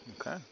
Okay